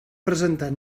presentar